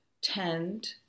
tend